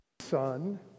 Son